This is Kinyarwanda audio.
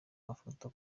mafoto